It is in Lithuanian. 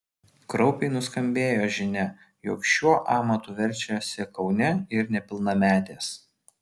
kraupiai nuskambėjo žinia jog šiuo amatu verčiasi kaune ir nepilnametės